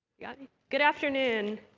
yeah good afternoon.